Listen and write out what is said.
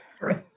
right